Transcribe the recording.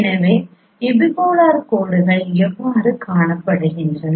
எனவே எபிபோலார் கோடுகள் எவ்வாறு காணப்படுகின்றன